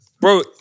bro